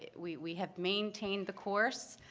we we have maintained the course.